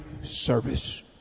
service